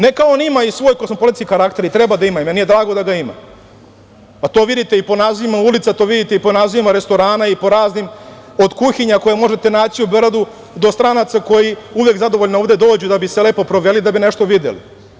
Neka on ima i svoj kosmopolitski karakter, i treba da ima, i meni je drago da ga ima, a to vidite i po nazivima ulica, to vidite i po nazivima restorana, i po raznim, od kuhinja koje možete naći u Beogradu do stranaca koji uvek zadovoljno ovde dođu da bi se lepo proveli i da bi nešto videli.